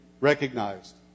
recognized